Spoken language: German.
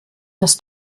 das